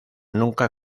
nunca